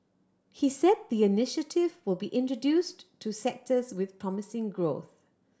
he said the initiative will be introduced to sectors with promising growth